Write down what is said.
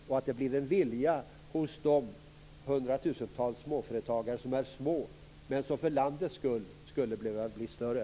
Den viljan måste finnas hos de hundratusentals småföretagare som för landets skull behöver bli större.